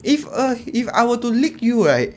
if a if I were to lick you right